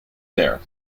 there